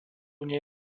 nie